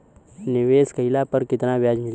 निवेश काइला पर कितना ब्याज मिली?